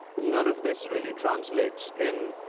none of this really translates in